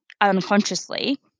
unconsciously